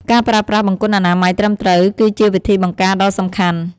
ការប្រើប្រាស់បង្គន់អនាម័យត្រឹមត្រូវ គឺជាវិធីបង្ការដ៏សំខាន់។